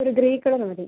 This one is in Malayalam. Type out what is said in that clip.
ഒരു ഗ്രേ കളർ മതി